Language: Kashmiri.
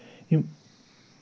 یِم